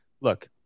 look